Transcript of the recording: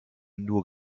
nur